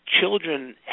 children